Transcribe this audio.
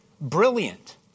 Brilliant